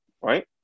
Right